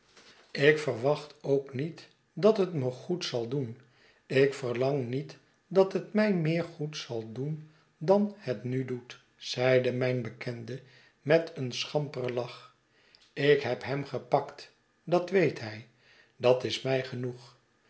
ik verwacht ook niet dat het me goed zal doen ik verlang niet dat het mij meer goed zal doen dan het nu doet zeide mijn bekende met een schamperen lach ik heb hem gepakt dat weet hij dat is mij genoeg